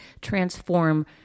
transform